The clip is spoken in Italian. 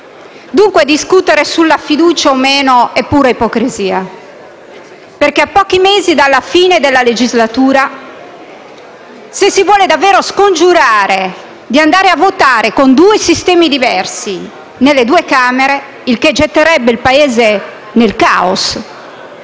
Discutere sulla fiducia o no è, dunque, pura ipocrisia perché, a pochi mesi dalla fine della legislatura, se si vuole davvero scongiurare il periodo di andare a votare con due sistemi diversi nelle due Camere, il che getterebbe il Paese nel *caos*,